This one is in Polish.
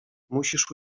musisz